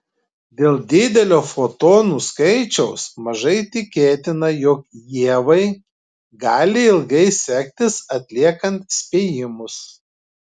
dėl didelio fotonų skaičiaus mažai tikėtina jog ievai gali ilgai sektis atliekant spėjimus